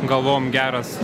galvojom geras